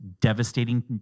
devastating